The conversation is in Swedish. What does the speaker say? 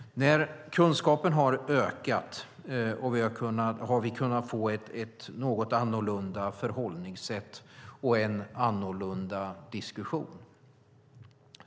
När kunskapen har ökat har vi kunnat få ett något annorlunda förhållningssätt och en annorlunda diskussion.